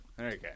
Okay